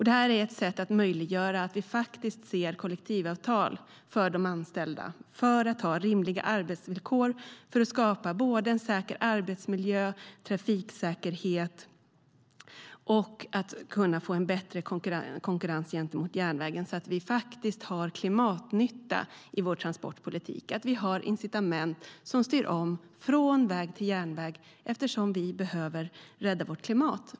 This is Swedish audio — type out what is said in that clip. Det är ett sätt att möjliggöra att se kollektivavtal för de anställda, för att de ska ha rimliga arbetsvillkor, för att skapa en säker arbetsmiljö och trafiksäkerhet och för att kunna få bättre konkurrens gentemot järnvägen, så att vi faktiskt har klimatnytta i vår transportpolitik, har incitament som styr om från väg till järnväg, eftersom vi behöver rädda vårt klimat.